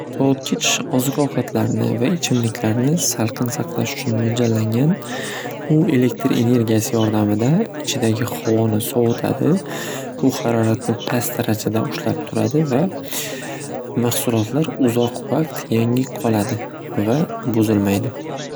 Sovutgich oziq ovqatlarni va ichimliklarni salqin saqlash uchun mo'ljallangan. U elektr energiyasi yordamida ichidagi havoni sovutadi. Bu haroratni pas darajada ushlab turadi va mahsulotlar uzoq vaqt yangi qoladi va buzilmaydi.